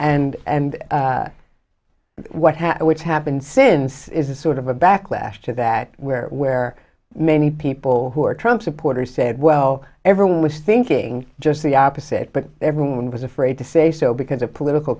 happened which happened since is a sort of a backlash to that where where many people who were trump supporters said well everyone was thinking just the opposite but everyone was afraid to say so because of political